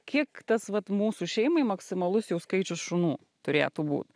kiek tas vat mūsų šeimai maksimalus jau skaičius šunų turėtų būt